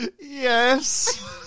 Yes